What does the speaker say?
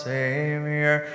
Savior